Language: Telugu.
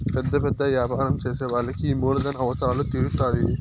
పెద్ద పెద్ద యాపారం చేసే వాళ్ళకి ఈ మూలధన అవసరాలు తీరుత్తాధి